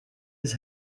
his